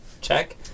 check